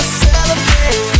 celebrate